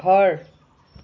ঘৰ